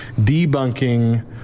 debunking